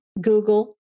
Google